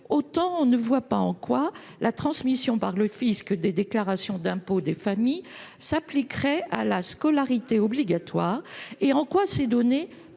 autant on ne voit pas bien en quoi la transmission par les services fiscaux des déclarations d'impôt des familles participerait de la scolarité obligatoire et en quoi ces données